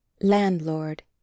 Landlord